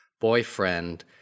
boyfriend